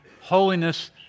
holiness